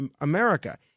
America